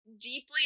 deeply